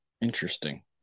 Interesting